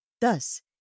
Thus